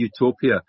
utopia